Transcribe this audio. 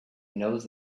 knows